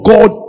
God